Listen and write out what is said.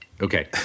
okay